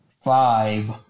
Five